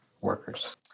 workers